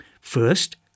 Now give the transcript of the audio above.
First